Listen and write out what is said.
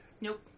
Nope